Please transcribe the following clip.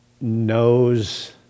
knows